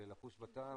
כדי לחוש בטעם,